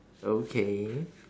okay